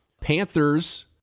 Panthers